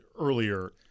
earlier